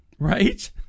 Right